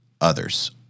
others